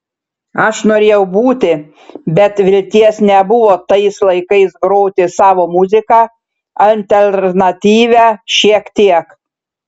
aš norėjau būti bet vilties nebuvo tais laikais groti savo muziką alternatyvią šiek tiek